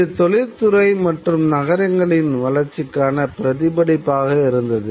இது தொழிற்துறை மற்றும் நகரங்களின் வளர்ச்சிக்கான பிரதிபலிப்பாக இருத்தது